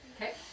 Okay